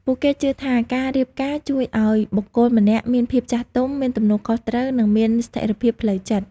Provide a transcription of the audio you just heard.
ពួកគេជឿថាការរៀបការជួយឲ្យបុគ្គលម្នាក់មានភាពចាស់ទុំ មានទំនួលខុសត្រូវ និងមានស្ថិរភាពផ្លូវចិត្ត។